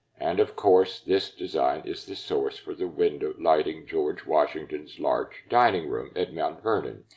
and of course this design is this source for the window lighting george washington's large dining room at mount vernon,